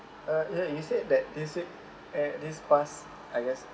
uh you you said that they said eh this pass I guess